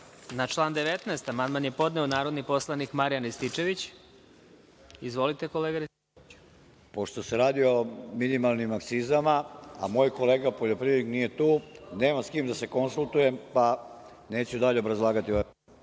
član 19. amandman je podneo narodni poslanik Marijan Rističević. Izvolite. **Marijan Rističević** Pošto se radi o minimalnim akcizama, a moj kolega poljoprivrednik nije tu, nemam s kim da se konsultujem, pa neću dalje obrazlagati ovaj